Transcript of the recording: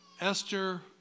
Esther